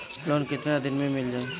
Loan कितना दिन में मिल जाई?